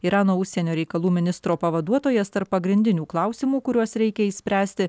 irano užsienio reikalų ministro pavaduotojas tarp pagrindinių klausimų kuriuos reikia išspręsti